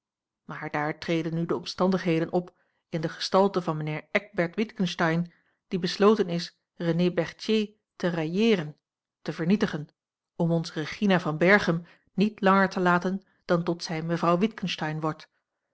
maar daar treden nu de omstandigheden op in de gestalte van mijnheer eckbert witgensteyn die besloten is renée berthier te rayeeren te vernietigen om ons regina van berchem niet langer te laten dan tot zij mevrouw witgensteyn wordt